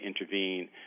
intervene